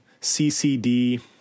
CCD